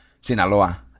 Sinaloa